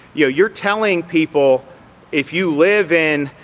you know, you're telling people if you live in,